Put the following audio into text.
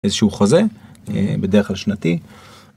איזה שהוא חוזה, בדרך כלל שנתי.